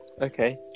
Okay